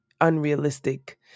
unrealistic